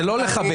זה לא לכבד.